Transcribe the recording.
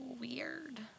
weird